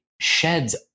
sheds